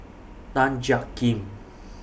Tan Jiak Kim